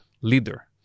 leader